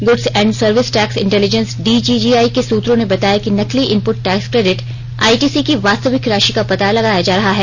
goods and service tax intelligence DGGI के सूत्रों ने बताया कि नकली इनपुट टैक्स क्रेडिट आईटीसी की वास्तविक राशि का पता लगाया जा रहा है